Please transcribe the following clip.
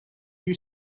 you